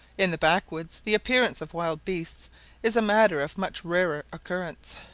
in the backwoods the appearance of wild beasts is a matter of much rarer occurrence.